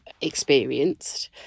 experienced